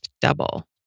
double